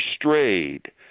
strayed